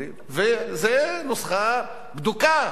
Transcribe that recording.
וזאת נוסחה בדוקה,